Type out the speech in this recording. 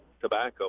tobacco